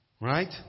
Right